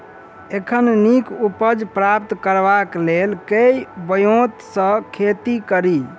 एखन नीक उपज प्राप्त करबाक लेल केँ ब्योंत सऽ खेती कड़ी?